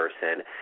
person